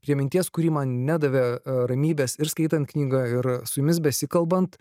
prie minties kuri man nedavė a ramybės ir skaitant knygą ir su jumis besikalbant